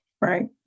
Right